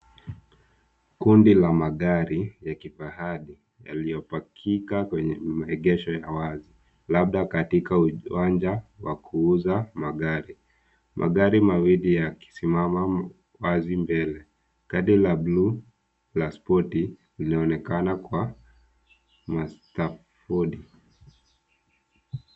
Kundi la magari ya kifahari yaliyopakika kwenye maegesho ya wazi, labda katika uwanja wa kuuza magari. Magari mawili yakisimama wazi mbele. Gari la buluu la spoti linaonekana kuwa mustang fordi .